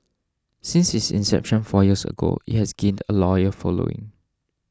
since its inception four years ago it has gained a loyal following